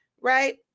Right